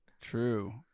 true